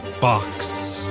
box